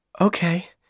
Okay